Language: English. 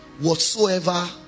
whatsoever